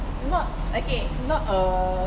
not not err